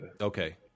Okay